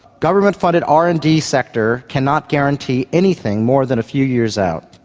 government funded r and d sector cannot guarantee anything more than a few years out,